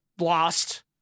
lost